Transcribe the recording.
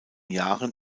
jahren